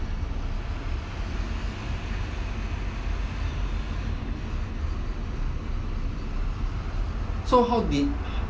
so how did